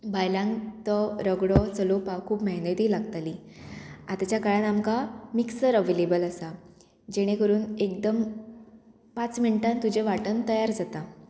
बायलांक तो रगडो चलोवपाक खूब मेहनती लागतली आतांच्या काळांत आमकां मिक्सर अवेलेबल आसा जेणे करून एकदम पांच मिनटान तुजे वाटन तयार जाता